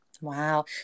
Wow